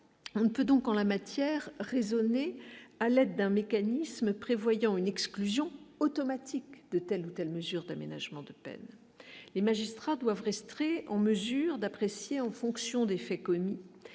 on ne peut donc en la matière, raisonner à l'aide d'un mécanisme prévoyant une exclusion automatique de telle ou telle mesure d'aménagement de peine les magistrats doivent resterait en mesure d'apprécier en fonction des faits commis